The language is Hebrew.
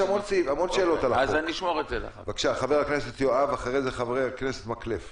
מתחילת הפעילות יחד עם השירות שלחנו